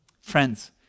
Friends